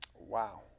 Wow